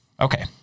Okay